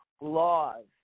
laws